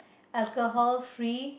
alcohol free